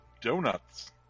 donuts